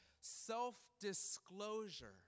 self-disclosure